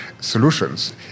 solutions